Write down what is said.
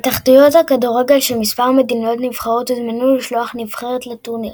התאחדויות הכדורגל של מספר מדינות נבחרות הוזמנו לשלוח נבחרת לטורניר,